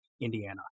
Indiana